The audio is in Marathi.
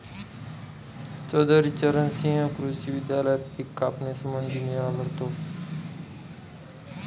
चौधरी चरण सिंह कृषी विद्यालयात पिक कापणी संबंधी मेळा भरतो